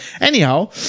Anyhow